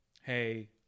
hey